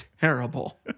terrible